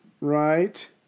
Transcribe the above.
Right